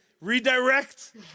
redirect